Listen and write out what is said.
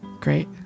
Great